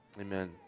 Amen